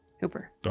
Hooper